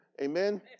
Amen